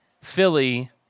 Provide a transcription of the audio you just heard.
Philly